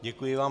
Děkuji vám.